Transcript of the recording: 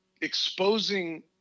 exposing